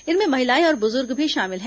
इनमें महिलाएं और बुजुर्ग भी शामिल हैं